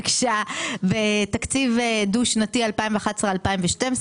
ביקשה בתקציב דו-שנתי 2011 ו-2012,